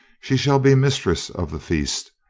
she shall be mistress of the feast,